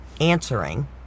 answering